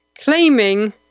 claiming